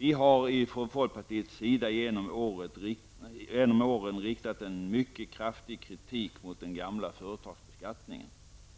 Vi har från folkpartiets sida genom åren riktat en mycket kraftig kritik mot den gamla företagsbeskattningen.